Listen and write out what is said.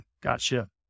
gotcha